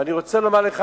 ואני רוצה לומר לך,